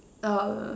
err